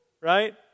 right